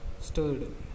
stirred